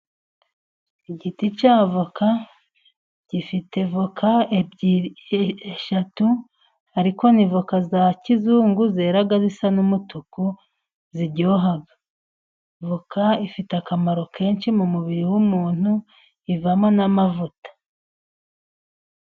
Igiti cy'avoka gifite avoka eshatu, ariko n'avoka za kizungu zera zisa n'umutuku ziryoha ,avoka ifite akamaro kenshi mu mubiri w'umuntu, ivamo n'amavuta.